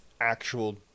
actual